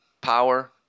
Power